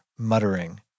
Muttering